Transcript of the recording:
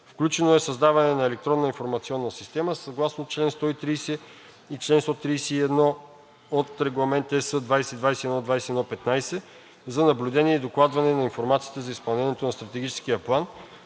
Включено е създаването на електронна информационна система, съгласно чл. 130 и чл. 131 от Регламент (ЕС) 2021/2115, за наблюдение и докладване на информация за изпълнението на Стратегическия план,